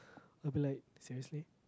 I will be like seriously